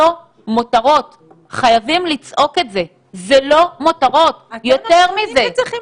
אין שום סיבה שלא ייפתח --- אם תגיעו